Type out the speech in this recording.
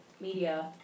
media